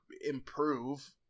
improve